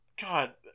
God